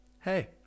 hey